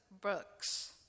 books